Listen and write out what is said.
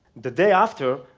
the day after,